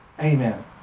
amen